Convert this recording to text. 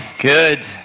good